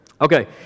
Okay